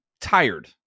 tired